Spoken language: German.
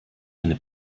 eine